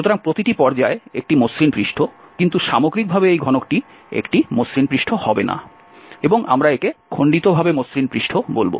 সুতরাং প্রতিটি পর্যায় একটি মসৃণ পৃষ্ঠ কিন্তু সামগ্রিকভাবে এই ঘনকটি একটি মসৃণ পৃষ্ঠ হবে না এবং আমরা একে খন্ডিতভাবে মসৃণ পৃষ্ঠ বলব